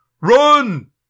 Run